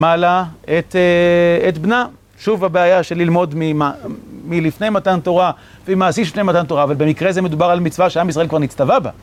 מעלה את בנה. שוב הבעיה של ללמוד מלפני מתן תורה, ומעשית לפני מתן תורה, אבל במקרה הזה מדובר על מצווה שעם ישראל כבר נצטווה בה.